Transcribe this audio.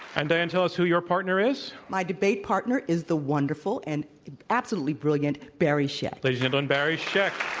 and diann tell us who your partner is? my debate partner is the wonderful and absolutely brilliant barry scheck. ladies and gentlemen, and barry scheck.